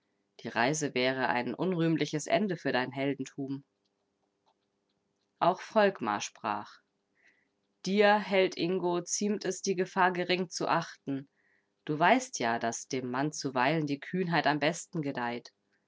die reise wäre ein unrühmliches ende für dein heldentum auch volkmar sprach dir held ingo ziemt es die gefahr gering zu achten du weißt ja daß dem mann zuweilen die kühnheit am besten gedeiht